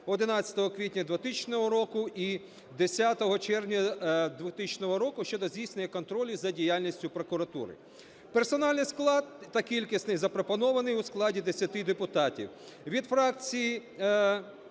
11 квітня 2000 року і 10 червня 2000 року щодо здійснення контролю за діяльністю прокуратури. Персональний склад та кількісний запропонований у складі 10 депутатів. Від фракції